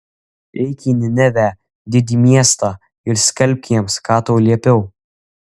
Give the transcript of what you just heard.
eik į ninevę didį miestą ir skelbk jiems ką tau liepiau